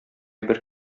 бер